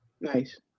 Nice